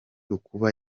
ukuba